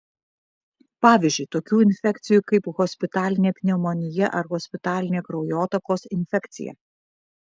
pavyzdžiui tokių infekcijų kaip hospitalinė pneumonija ar hospitalinė kraujotakos infekcija